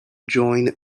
joined